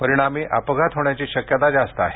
परिणामी अपघात होण्याची शक्यता जास्त आहे